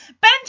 Ben